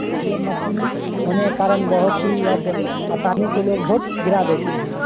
ई V M machine होने के कारण बहुत ही अब आसानी से लोग वोट गिरा देते है